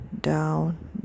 down